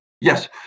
Yes